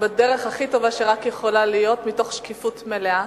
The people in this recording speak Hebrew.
בדרך הכי טובה שרק יכולה להיות מתוך שקיפות מלאה.